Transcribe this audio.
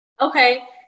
Okay